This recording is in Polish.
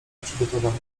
przygotowaniach